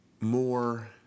more